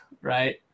Right